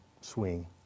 swing